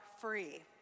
free